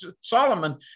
Solomon